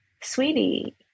sweetie